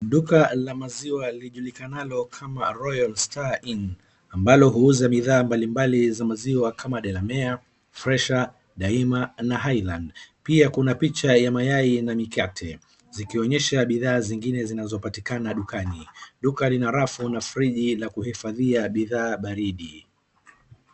Duka la maziwa lijulikanalo kama ROYALSTARINN amalo huuza bidhaa mbali mbali za maziwa kama delamere , fresha daima na highland. Pia kuna picha ya mayai na mikate zikionyesha bidhaa zingine zinazopatikana dukani , duka lina rafu na friji la kuifadhia bidhaa baridi.